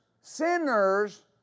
Sinners